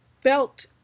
felt